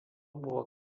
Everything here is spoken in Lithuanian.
buvo